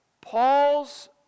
Paul's